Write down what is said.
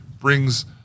brings